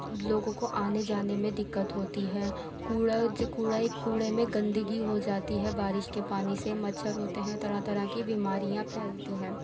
لوگوں کو آنے جانے میں دقت ہوتی ہے کوڑا جو کوڑا ایک کوڑے میں گندگی ہو جاتی ہے بارش کے پانی سے مچھر ہوتے ہیں طرح طرح کی بیماریاں پھیلتی ہیں